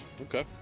Okay